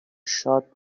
شاد